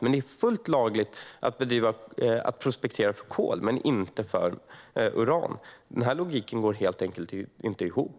Men det är fullt lagligt att prospektera för kol men inte för uran. Denna logik går helt enkelt inte ihop.